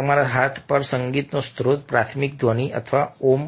તમારા હાથ પર સંગીતનો સ્ત્રોત પ્રાથમિક ધ્વનિ અથવા ઓમ